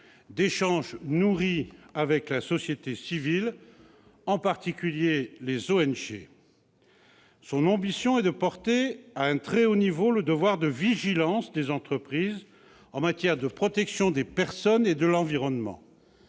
d'échanges nourris avec la société civile, en particulier les ONG. Son ambition est de porter à un très haut niveau le devoir de vigilance des entreprises en matière de protection des personnes et de l'environnement.